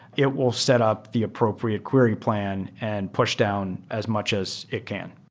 it will set up the appropriate query plan and push down as much as it can.